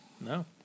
No